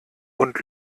und